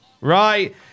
Right